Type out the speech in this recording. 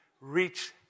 reach